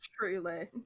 truly